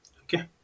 Okay